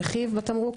"רכיב" בתמרוק,